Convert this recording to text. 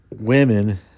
women